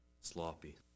Sloppy